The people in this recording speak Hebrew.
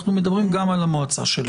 אנחנו מדברים גם על המועצה שלו,